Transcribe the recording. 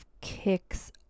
kicks